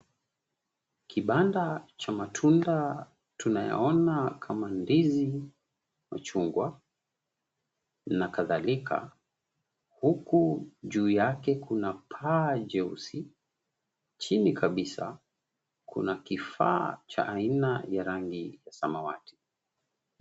Kibanda cha matunda tunayoona kama; ndizi, machungwa, na kadhalika. Huku juu yake kuna paa jeusi, chini kabisa, kuna kifaa cha aina ya rangi ya samawati.